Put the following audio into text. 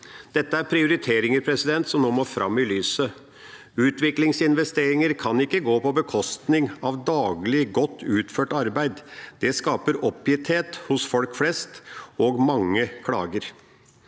Dette er prioriteringer som nå må fram i lyset. Utviklingsinvesteringer kan ikke gå på bekostning av daglig, godt utført arbeid. Det skaper oppgitthet hos folk flest og mange klager.